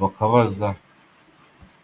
bakabaza.